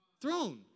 throne